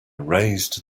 raised